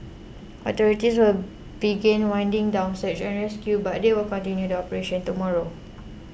authorities will begin winding down search and rescue but they will continue the operation tomorrow